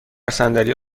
صندلی